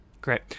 great